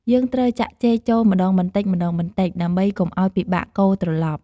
យើងត្រូវចាក់ចេកចូលម្ដងបន្តិចៗ ដើម្បីកុំឱ្យពិបាកកូរត្រឡប់។